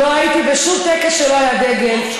לא הייתי בשום טקס שלא היה דגל.